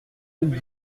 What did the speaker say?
mille